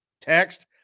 text